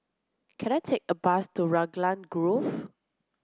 can I take a bus to Raglan Grove